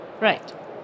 Right